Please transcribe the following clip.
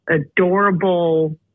adorable